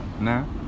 No